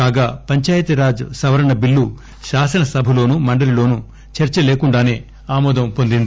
కాగా పంచాయితీ రాజ్ సవరణ బిల్లు శాసనసభలోనూ మండలిలోనూ చర్చ లేకుండానే ఆమోదం పొందింది